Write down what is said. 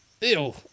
Ew